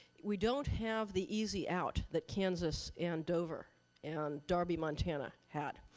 we don't have the easy out that kansas and dover and darby, montana had,